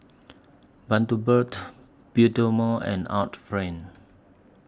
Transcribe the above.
Bundaberg Bioderma and Art Friend